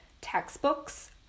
textbooks